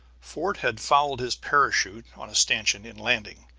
fort had fouled his parachute on a stanchion, in landing.